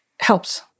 Helps